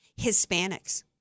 Hispanics